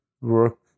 work